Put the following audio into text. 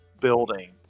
building